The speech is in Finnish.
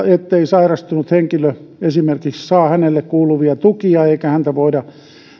ettei sairastunut henkilö esimerkiksi saa hänelle kuuluvia tukia eikä häntä voida